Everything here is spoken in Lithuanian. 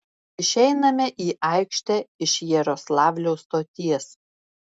išeiname į aikštę iš jaroslavlio stoties